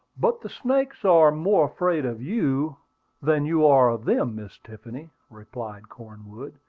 but the snakes are more afraid of you than you are of them, miss tiffany, replied cornwood.